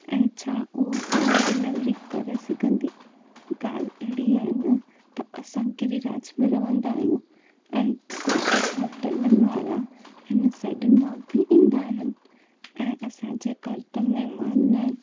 ऐं छा उहो होम डिलेवरी करे सघंदी ॻाल्हि एहिड़ी आहे न त असां गिरिराज में रहंदा आहियूं ऐं कुझु होटलनि वारा हिन साइड न बि ईंदा आहिनि ऐं असांजे घरि त महिमान आहिनि